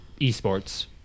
eSports